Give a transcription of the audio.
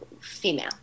female